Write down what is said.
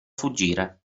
fuggire